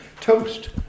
Toast